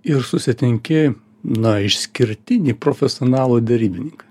ir susitinki na išskirtinį profesionalų derybininką